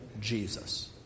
Jesus